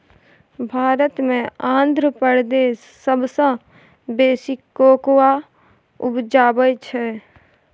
भारत मे आंध्र प्रदेश सबसँ बेसी कोकोआ उपजाबै छै